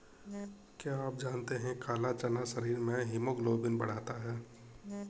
क्या आप जानते है काला चना शरीर में हीमोग्लोबिन बढ़ाता है?